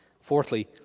Fourthly